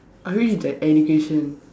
I wish that education